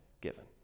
given